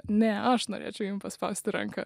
ne aš norėčiau jum paspausti ranką